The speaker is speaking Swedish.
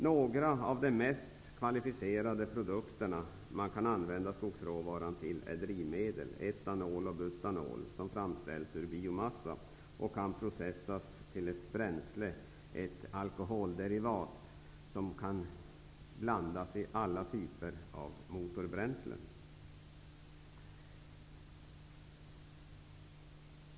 Några av de mest kvalificerade produkterna man kan använda skogsråvaran till är drivmedel. Etanol och butanol, som framställs ur biomassa, kan processas till bränsle, ett alkoholderivat. Det kan blandas i alla typer av motorbränslen.